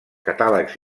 catàlegs